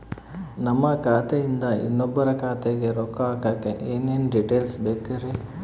ನಮ್ಮ ಖಾತೆಯಿಂದ ಇನ್ನೊಬ್ಬರ ಖಾತೆಗೆ ರೊಕ್ಕ ಹಾಕಕ್ಕೆ ಏನೇನು ಡೇಟೇಲ್ಸ್ ಬೇಕರಿ?